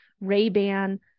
Ray-Ban